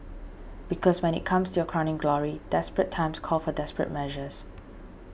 because when it comes to your crowning glory desperate times call for desperate measures